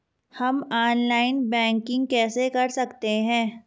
हम online banking कैसे कर सकते हैं?